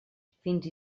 fins